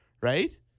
Right